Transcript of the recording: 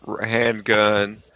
handgun